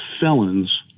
felons